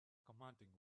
commanding